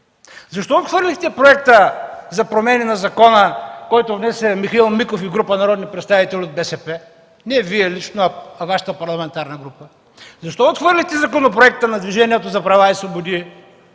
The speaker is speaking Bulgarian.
Защо отхвърлихте проекта за промени на закона, който внесе Михаил Миков и група народни представители от БСП – не Вие лично, а Вашата парламентарна група? Защо отхвърлихте законопроекта на Движението за права и свободи